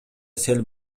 сел